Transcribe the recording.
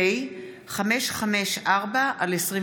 פ/554/21.